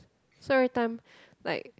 so everytime like